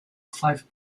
five